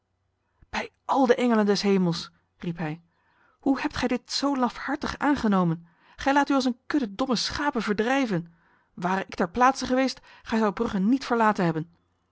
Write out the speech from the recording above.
bij al de engelen des hemels riep hij hoe hebt gij dit zo lafhartig aangenomen gij laat u als een kudde domme schapen verdrijven ware ik ter plaatse geweest gij zoudt brugge niet verlaten hebben